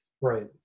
right